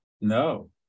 No